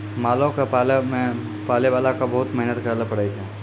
मालो क पालै मे पालैबाला क बहुते मेहनत करैले पड़ै छै